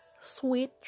sweet